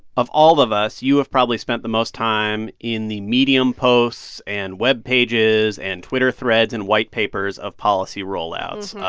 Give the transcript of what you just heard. of all of us, you have probably spent the most time in the medium posts and webpages and twitter threads and white papers of policy rollouts.